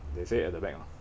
they say at the back mah